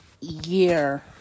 year